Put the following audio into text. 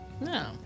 No